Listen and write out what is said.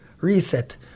Reset